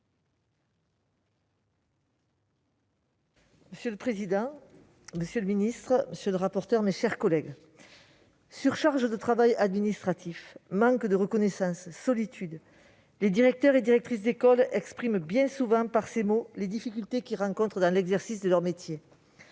Monsieur le président, monsieur le ministre, mes chers collègues, « surcharge de travail administratif »,« manque de reconnaissance »,« solitude »: les directeurs et directrices d'école expriment bien souvent par ces mots les difficultés qu'ils rencontrent dans l'exercice de leur métier.